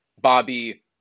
Bobby